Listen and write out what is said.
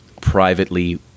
privately